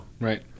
Right